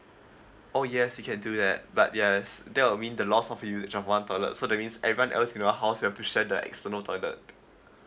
oh yes you can do that but yes that will mean the loss of usage of one toilet so that means everyone else in the house they have to share the external toilet